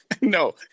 No